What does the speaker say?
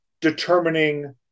determining